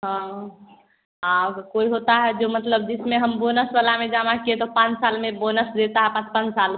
हाँ आब कोई होता है जो मतलब जिसमें हम बोनस वाला में जमा किए तो पाँच साल में बोनस देता है पाँच पाँच